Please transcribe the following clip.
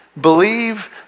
Believe